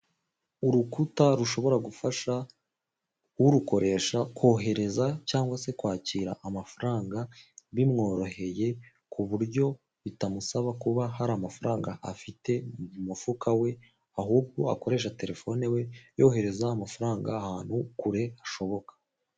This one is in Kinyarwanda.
Urukuta rushobora gufasha urukoresha kohereza cyangwa se kwakira amafaranga bimworoheye ku buryo bitamusaba kuba hari amafaranga afite mu mufuka we ahubwo akoresha telefone we yohereza amafaranga ahantu kure hashoboka.